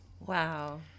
Wow